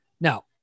Now